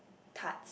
tart